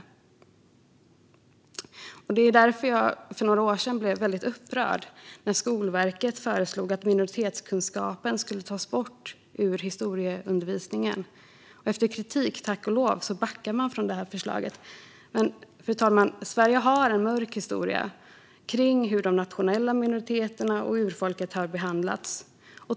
Därför blev jag väldigt upprörd för några år sedan när Skolverket föreslog att minoritetskunskapen skulle tas bort ur historieundervisningen. Efter kritik backade man tack och lov från det förslaget. Fru talman! Sverige har en mörk historia kring hur de nationella minoriteterna och urfolket har behandlats.